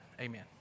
amen